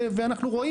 ואני רואה,